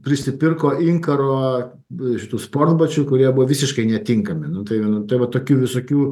prisipirko inkaro šitų sportbačių kurie buvo visiškai netinkami nu tai tai va tokių visokių